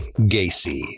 Gacy